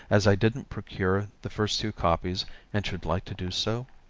as i didn't procure the first two copies and should like to do so